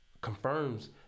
confirms